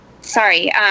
sorry